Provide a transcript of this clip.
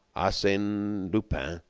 arsene lupin